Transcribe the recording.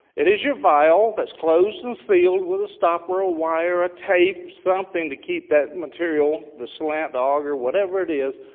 it is your vial that's closed and sealed with a stopper, a wire, a tape, something to keep that material, the slat the auger, whatever it is,